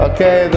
Okay